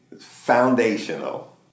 foundational